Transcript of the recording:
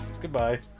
Goodbye